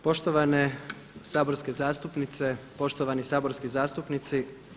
Poštovane saborske zastupnice, poštovani saborski zastupnici.